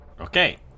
Okay